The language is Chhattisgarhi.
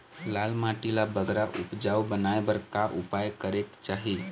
लाल माटी ला बगरा उपजाऊ बनाए बर का उपाय करेक चाही?